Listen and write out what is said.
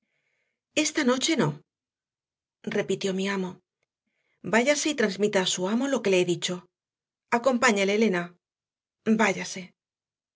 esta noche no repitió mi amo váyase y transmita a su amo lo que le he dicho acompáñele elena váyase